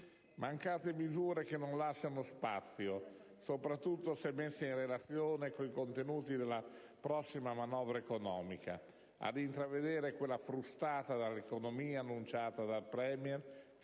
Mancate misure che non fanno intravedere, soprattutto se messe in relazione con i contenuti della prossima manovra economica, quella frustata all'economia annunciata dal Premier